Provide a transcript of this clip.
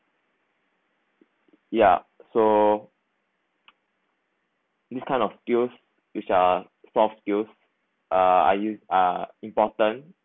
ya so this kind of skills which are soft skills uh uh you uh important